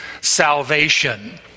salvation